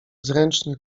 zręcznie